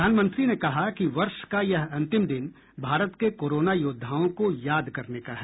प्रधानमंत्री ने कहा कि वर्ष का यह अंतिम दिन भारत के कोरोना योद्वाओं को याद करने का है